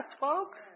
folks